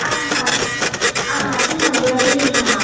आं आं हारसिं थांगोन फेमिलि थाङा